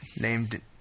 Named